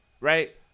right